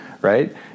right